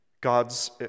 God's